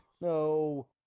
no